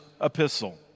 epistle